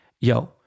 Yo